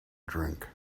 drink